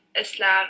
Islam